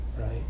right